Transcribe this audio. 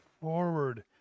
forward